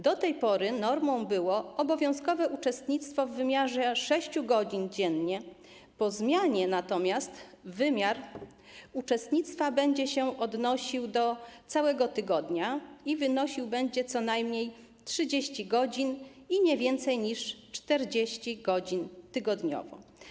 Do tej pory normą było obowiązkowe uczestnictwo w wymiarze 6 godzin dziennie, po zmianie natomiast wymiar uczestnictwa będzie się odnosił do całego tygodnia i będzie on wynosił co najmniej 30 godzin i nie więcej niż 40 godzin tygodniowo.